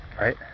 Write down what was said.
right